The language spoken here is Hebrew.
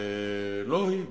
ולא היא.